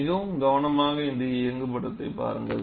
மிக கவனமாக இந்த இயங்குபடத்தை பாருங்கள்